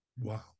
Wow